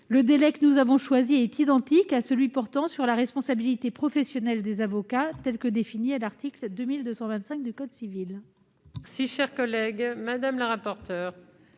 Le délai que nous avons choisi est identique à celui portant sur la responsabilité professionnelle des avocats tel qu'il est défini à l'article 2225 du code civil.